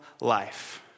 life